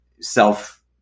self